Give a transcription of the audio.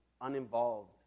uninvolved